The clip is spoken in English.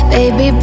Baby